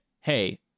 Hey